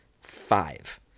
Five